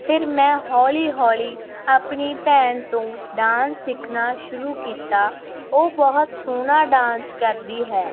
ਫਿਰ ਮੈਂ ਹੌਲੀ ਹੌਲੀ ਆਪਣੀ ਭੈਣ ਤੋਂ ਡਾਂਸ ਸਿੱਖਣਾ ਸ਼ੁਰੂ ਕੀਤਾ ਉਹ ਬਹੁਤ ਸੋਹਣਾ ਡਾਂਸ ਕਰਦੀ ਹੈ